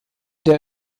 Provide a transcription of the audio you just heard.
der